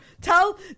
Tell